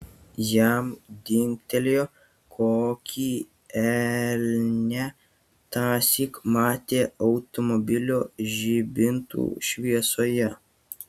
jam dingtelėjo kokį elnią tąsyk matė automobilio žibintų šviesoje